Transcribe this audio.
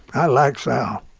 i like sal.